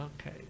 Okay